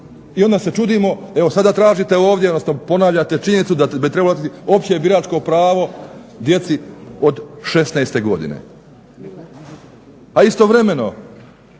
I onda se čudimo, evo tražite ovdje, odnosno ponavljate činjenicu da bi trebalo dati opće biračko pravo djeci od 16 godine. A istovremeno